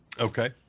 Okay